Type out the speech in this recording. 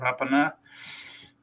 Rapana